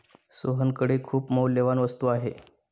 सोहनकडे खूप मौल्यवान वस्तू आहे